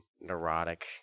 neurotic